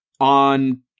on